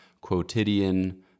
quotidian